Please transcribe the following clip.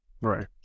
Right